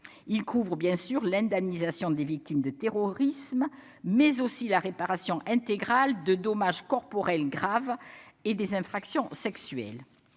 Il couvre, bien sûr, l'indemnisation des victimes de terrorisme, mais aussi la réparation intégrale des dommages corporels graves et des infractions sexuelles.